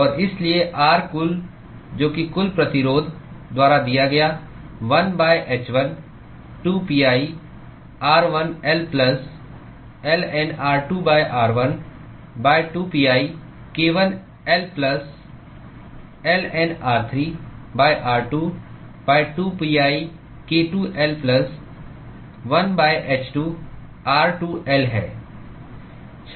और इसलिए R कुल जो कि कुल प्रतिरोध द्वारा दिया गया 1 h1 2pi r1L plus ln r2 r1 2pi k1 L plus ln r3 r2 2pi k2 L plus 1 h 2 r2L है